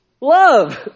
love